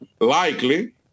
likely